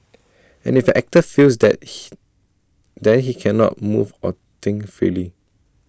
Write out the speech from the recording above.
and if an actor feels that he then he cannot move or think freely